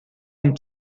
een